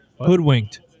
hoodwinked